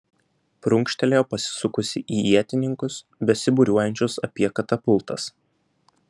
prunkštelėjo pasisukusi į ietininkus besibūriuojančius apie katapultas